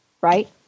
right